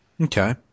Okay